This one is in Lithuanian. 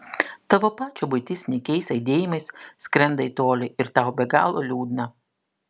tavo pačio buitis nykiais aidėjimais skrenda į tolį ir tau be galo liūdna